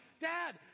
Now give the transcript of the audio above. Dad